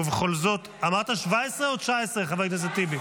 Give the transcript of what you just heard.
ובכל זאת, אמרת 17 או 19, חבר הכנסת טיבי?